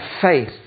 faith